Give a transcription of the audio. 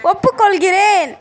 ஒப்புக்கொள்கிறேன்